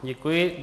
Děkuji.